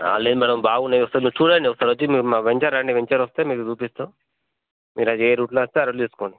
లేద్ మేడం బావున్నాయ్ ఒకసారి మీరు చూడండి ఒకసార్ వచ్చి మీరు మా వెంచర్ రాండి వెంచర్ వస్తే మీకు చూపిస్తాం మీరది ఏ రూట్లో నచ్చితే ఆ రూట్లో తీసుకోండి